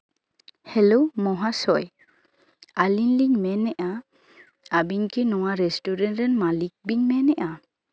hello ᱢᱚᱦᱟᱥᱚᱭ ᱟᱞᱤᱧ ᱞᱤᱧ ᱢᱮᱱ ᱮᱜᱼᱟ ᱟᱵᱤᱱ ᱠᱤ ᱱᱚᱣᱟ ᱨᱮᱥᱴᱩᱨᱮᱱᱴ ᱨᱮᱱ ᱢᱟᱞᱤᱠ ᱵᱮᱱ ᱢᱮᱱ ᱮᱜᱼᱟ